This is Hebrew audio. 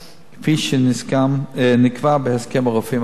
כפי שנקבע בהסכם הרופאים האחרון.